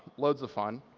loads of fun.